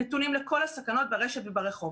נתונים לכל הסכנות ברשת וברחוב.